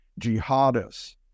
jihadists